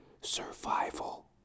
survival